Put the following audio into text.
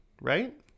right